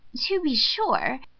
to be sure,